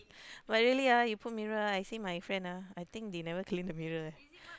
but really ah you put mirror ah I see my friend ah I think they never clean the mirror eh